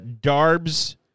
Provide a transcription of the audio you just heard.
Darbs